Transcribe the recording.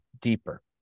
deeper